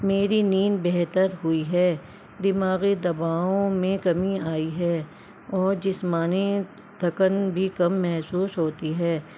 میری نیند بہتر ہوئی ہے دماغی دباؤں میں کمی آئی ہے اور جسمانی تھکن بھی کم محسوس ہوتی ہے